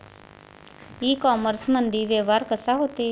इ कामर्समंदी व्यवहार कसा होते?